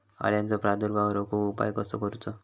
अळ्यांचो प्रादुर्भाव रोखुक उपाय कसो करूचो?